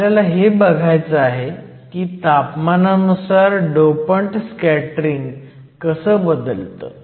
आपल्याला हे बघायचं आहे की तापमानानुसार डोपंट स्कॅटरिंग कसं बदलतं